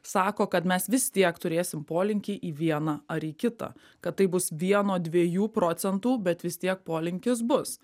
sako kad mes vis tiek turėsim polinkį į vieną ar į kitą kad tai bus vieno dviejų procentų bet vis tiek polinkis bus